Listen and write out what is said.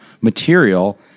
material